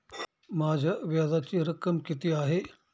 माझ्या व्याजाची रक्कम किती आहे?